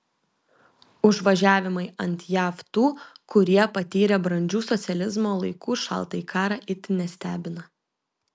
užvažiavimai ant jav tų kurie patyrė brandžių socializmo laikų šaltąjį karą itin nestebina